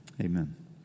Amen